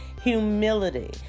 Humility